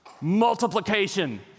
multiplication